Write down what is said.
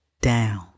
down